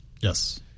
Yes